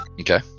okay